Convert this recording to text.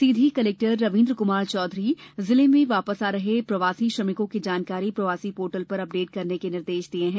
सीधी collector Ravindra Kumar Chaudhary जिले में वापस आ रहे प्रवासी श्रमिकों की जानकारी प्रवासी पोर्टल पर अपडेट करने के निर्देश दिए हैं